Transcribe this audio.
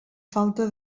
falta